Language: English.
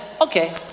okay